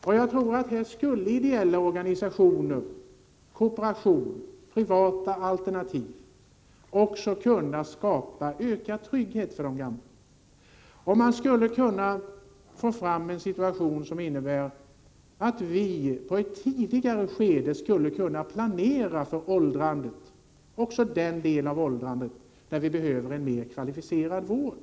I detta sammanhang tror jag att ideella organisationer — kooperation och privata alternativ — skulle kunna skapa ökad trygghet för de gamla. Man skulle då kunna få en situation som innebär att människor i ett tidigare skede skulle kunna planera för åldrandet, också den del av åldrandet där det behövs mer kvalificerad vård.